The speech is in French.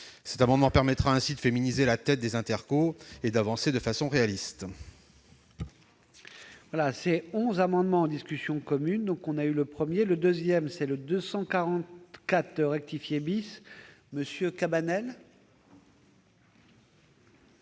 Cet amendement permettra ainsi de féminiser la tête des intercommunalités et d'avancer de façon réaliste.